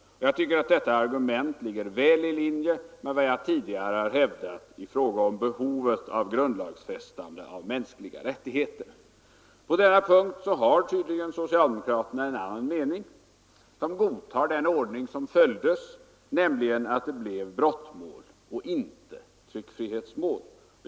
Jag tycker att det argumentet ligger väl i linje med vad jag tidigare hävdat i fråga om behovet att grundlagsfästa mänskliga rättigheter. På den punkten har tydligen socialdemokraterna en annan mening. De godtar den ordning som följde, alltså att det blev ett brottmål, inte ett tryckfrihetsmål.